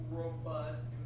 robust